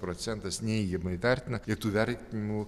procentas neigiamai vertina ir tų vertinimų